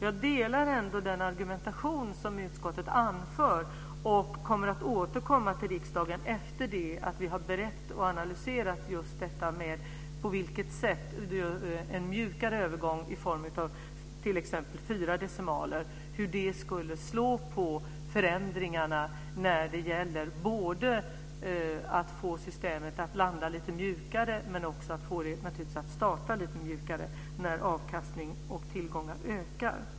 Jag delar den argumentation som utskottet anför, och vi kommer att återkomma till riksdagen efter det att vi har berett och analyserat just frågan om på vilket sätt en mjukare övergång i form av t.ex. fyra decimaler skulle slå på förändringar för att få systemet att landa mjukare men också att få det att starta mjukare när avkastning och tillgångar ökar.